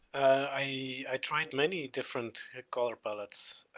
i, i tried many different colour palettes,